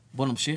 האלה.